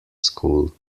school